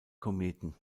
kometen